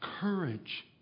courage